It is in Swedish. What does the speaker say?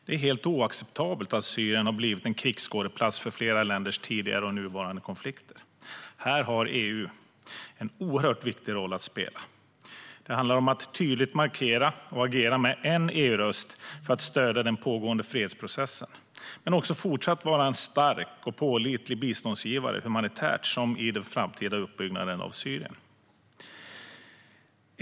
Det är helt oacceptabelt att Syrien har blivit en krigsskådeplats för flera länders tidigare och nuvarande konflikter. Här har EU en oerhört viktig roll att spela. Det handlar om att tydligt markera och agera med en EU-röst för att stödja den pågående fredsprocessen men också fortsatt vara en stark och pålitlig biståndsgivare humanitärt i den framtida uppbyggnaden av Syrien.